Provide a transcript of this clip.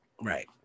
Right